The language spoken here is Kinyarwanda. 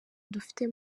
dufite